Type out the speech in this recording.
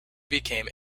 became